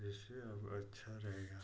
जिससे अब अच्छा रहेगा